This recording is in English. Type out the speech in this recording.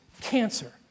cancer